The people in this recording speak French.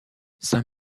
saint